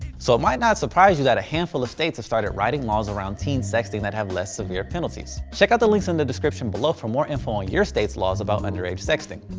so it might not surprise you that a handful of states have started writing laws around teen sexting that have less severe penalties. check out the links in the description below for more info on your states laws about underage sexting.